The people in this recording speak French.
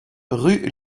rue